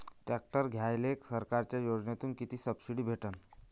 Tractor घ्यायले सरकारच्या योजनेतून किती सबसिडी भेटन?